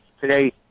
today